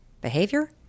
behavior